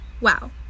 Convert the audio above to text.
wow